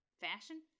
Fashion